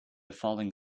falling